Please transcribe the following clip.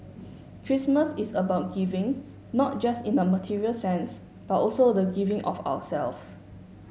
Christmas is about giving not just in a material sense but also the giving of ourselves